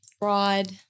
broad